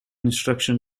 instruction